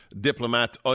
diplomat